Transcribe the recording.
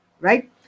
right